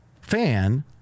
fan